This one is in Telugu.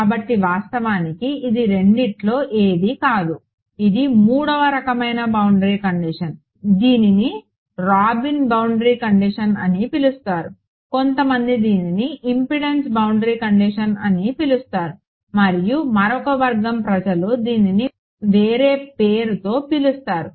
కాబట్టి వాస్తవానికి ఇది రెండింటిలో ఏదీ కాదు ఇది మూడవ రకమైన బౌండరీ కండిషన్ దీనిని రాబిన్ బౌండరీ కండిషన్ అని పిలుస్తారు కొంతమంది దీనిని ఇంపెడెన్స్ బౌండరీ కండిషన్ అని పిలుస్తారు మరియు మరొక వర్గం ప్రజలు దీనిని వేరే పేరుతో పిలుస్తారు